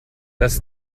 das